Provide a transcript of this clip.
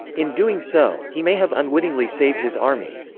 in doing so, he may have unwittingly saved his army.